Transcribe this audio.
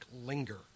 linger